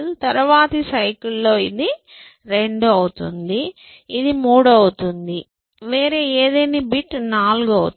తర్వాతి సైకిల్ లో ఇది 2 అవుతుంది ఇది 3 అవుతుంది వేరే ఏదేని బిట్ 4 అవుతుంది